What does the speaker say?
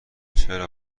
چرا